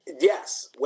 Yes